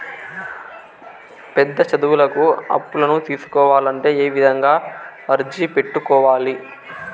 పెద్ద చదువులకు అప్పులను తీసుకోవాలంటే ఏ విధంగా అర్జీ పెట్టుకోవాలి?